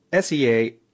SEA